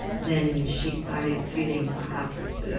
than she started feeling perhaps